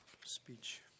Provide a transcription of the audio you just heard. speech